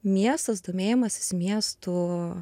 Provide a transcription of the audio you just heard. miestas domėjimasis miestu